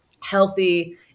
healthy